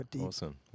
Awesome